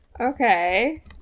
Okay